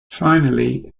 finally